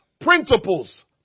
principles